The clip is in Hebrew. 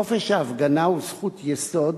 חופש ההפגנה הוא זכות יסוד,